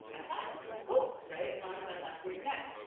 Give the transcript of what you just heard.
i'm fine, i'm cool, right? as long as i'm not doing that.